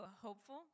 hopeful